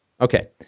Okay